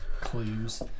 Clues